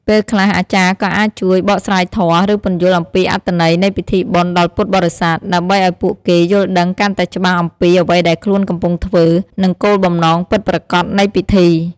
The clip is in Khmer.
ពេលខ្លះ អាចារ្យក៏អាចជួយ បកស្រាយធម៌ ឬពន្យល់អំពីអត្ថន័យនៃពិធីបុណ្យដល់ពុទ្ធបរិស័ទ ដើម្បីឱ្យពួកគេយល់ដឹងកាន់តែច្បាស់អំពីអ្វីដែលខ្លួនកំពុងធ្វើ និងគោលបំណងពិតប្រាកដនៃពិធី។